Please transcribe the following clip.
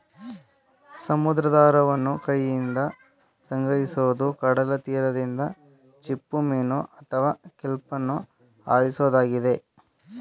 ಸಮುದ್ರಾಹಾರವನ್ನು ಕೈಯಿಂದ ಸಂಗ್ರಹಿಸೋದು ಕಡಲತೀರದಿಂದ ಚಿಪ್ಪುಮೀನು ಅಥವಾ ಕೆಲ್ಪನ್ನು ಆರಿಸೋದಾಗಿದೆ